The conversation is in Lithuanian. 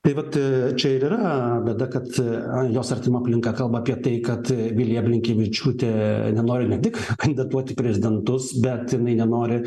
tai vat čia ir yra bėda kad jos artima aplinka kalba apie tai kad vilija blinkevičiūtė nenori ne tik kandidatuot į prezidentus bet jinai nenori